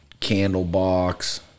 Candlebox